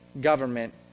government